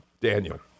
Daniel